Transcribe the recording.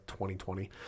2020